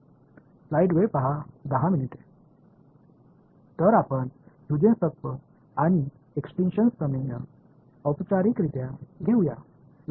இந்த இதற்கானது எனவே இங்கே நான் முன்பு எழுதிய அதே சமன்பாடு மற்றும் இங்கே இரண்டாவது வெளிப்பாடு ஸ்கடா்டு ஃபில்டு